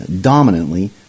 dominantly